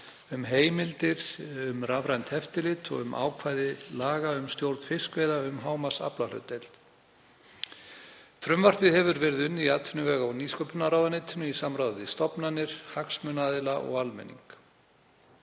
um heimildir um rafrænt eftirlit og um ákvæði laga um stjórn fiskveiða um hámarksaflahlutdeild. Frumvarpið var unnið í atvinnuvega- og nýsköpunarráðuneytinu í samráði við stofnanir, hagsmunaaðila og almenning.